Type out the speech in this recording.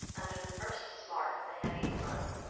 under the first smart of the heavy blow,